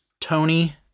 Tony